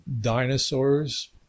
dinosaurs